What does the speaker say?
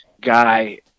guy